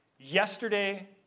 yesterday